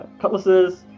cutlasses